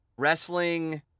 Wrestling